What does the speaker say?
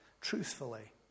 truthfully